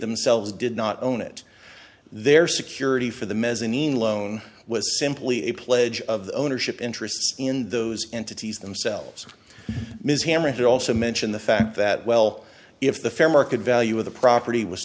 themselves did not own it their security for the mezzanine loan was simply a pledge of the ownership interest in those entities themselves ms hamilton also mentioned the fact that well if the fair market value of the property was